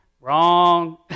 Wrong